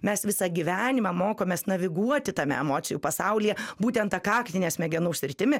mes visą gyvenimą mokomės naviguoti tame emocijų pasaulyje būtent ta kaktine smegenų sritimi